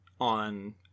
on